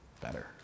better